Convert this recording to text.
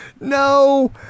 No